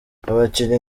abakinnyi